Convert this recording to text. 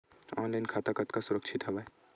Online खाता कतका सुरक्षित हवय?